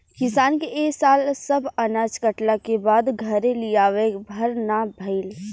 किसान के ए साल सब अनाज कटला के बाद घरे लियावे भर ना भईल